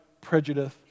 prejudice